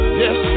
yes